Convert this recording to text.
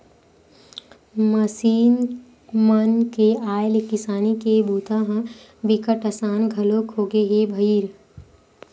machine मन के आए ले किसानी के बूता ह बिकट असान घलोक होगे हे भईर